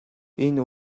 энэ